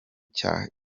cya